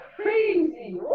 crazy